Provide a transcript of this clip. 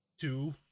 two